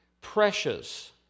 precious